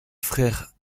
frère